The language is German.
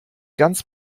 ganz